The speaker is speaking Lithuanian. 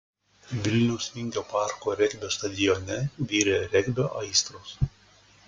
vilniaus vingio parko regbio stadione virė regbio aistros